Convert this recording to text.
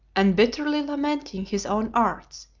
and bitterly lamenting his own arts,